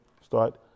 start